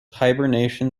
hibernation